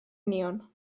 nion